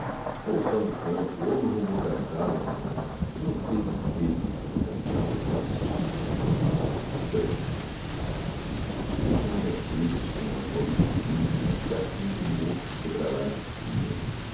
ou só no campo ou no rumor das salas não sei porque mas a minhalma é triste minhalma é triste como a voz do sino carpindo o morto sobre a laje fria